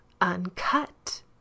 uncut